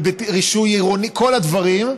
ברישוי עירוני ובכל הדברים,